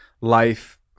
life